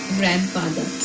grandfather